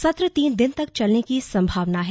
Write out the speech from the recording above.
सत्र तीन दिन तंक चलने की संभावना है